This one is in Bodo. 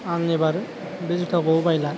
आं एबार बे जुथाखौ बायला